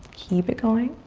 keep it going.